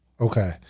Okay